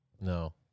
No